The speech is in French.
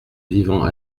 vivant